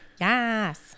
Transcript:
Yes